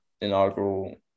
inaugural